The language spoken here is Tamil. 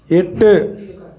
எட்டு